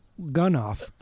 Gunoff